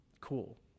cool